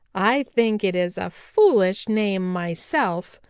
i think it is a foolish name myself,